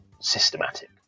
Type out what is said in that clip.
systematic